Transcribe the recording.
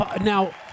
now